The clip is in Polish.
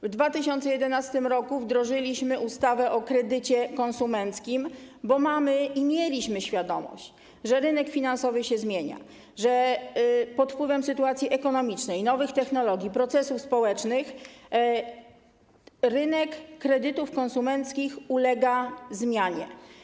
W 2011 r. wdrożyliśmy ustawę o kredycie konsumenckim, bo mamy i mieliśmy świadomość, że rynek finansowy się zmienia, że pod wpływem sytuacji ekonomicznej, nowych technologii, procesów społecznych rynek kredytów konsumenckich ulega zmianie.